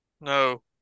No